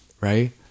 right